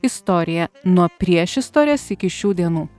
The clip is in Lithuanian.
istoriją nuo priešistorės iki šių dienų